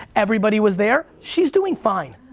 everybody was there? she's doing fine.